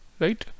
right